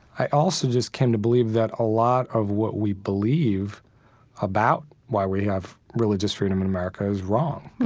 i also just came to believe that a lot of what we believe about why we have religious freedom in america is wrong,